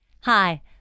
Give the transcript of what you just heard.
Hi